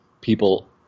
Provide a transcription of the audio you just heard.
people